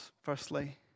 firstly